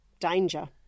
danger